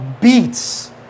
beats